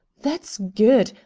that's good!